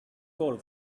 call